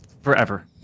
forever